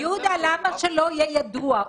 יהודה, למה שלא יהיה ידוע?